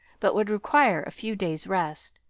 but would require a few days' rest.